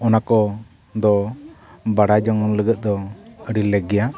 ᱚᱱᱟ ᱠᱚ ᱫᱚ ᱵᱟᱰᱟᱭ ᱡᱚᱝ ᱞᱟᱹᱜᱤᱫ ᱫᱚ ᱟᱹᱰᱤ ᱞᱮᱜᱽ ᱜᱮᱭᱟ